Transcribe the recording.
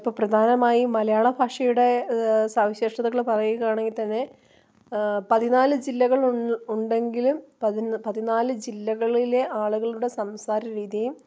ഇപ്പം പ്രധാനമായി മലയാള ഭാഷയുടെ സവിശേഷതകൾ പറയുകയാണെങ്കിൽ തന്നെ പതിനാല് ജില്ലകൾ ഉണ്ടെങ്കിലും പതിനാല് ജില്ലകളിലെ ആളുകളുടെ സംസാര രീതിയും